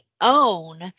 own